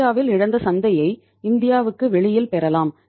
இந்தியாவில் இழந்த சந்தையைப் இந்தியாவுக்கு வெளியில் பெறலாம்